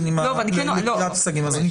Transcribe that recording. עם הסייגים.